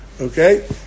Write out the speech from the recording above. okay